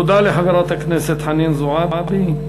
תודה לחברת הכנסת חנין זועבי.